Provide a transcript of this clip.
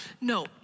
no